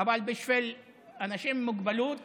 אבל בשביל אנשים עם מוגבלויות